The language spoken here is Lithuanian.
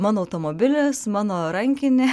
mano automobilis mano rankinė